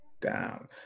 down